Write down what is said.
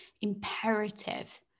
imperative